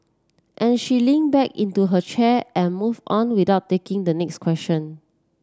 and she leaned back into her chair and moved on without taking the next question